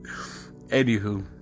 Anywho